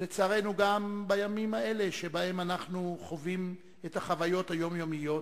ולצערנו גם בימים האלה שבהם אנחנו חווים את החוויות היומיומיות,